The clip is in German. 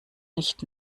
nicht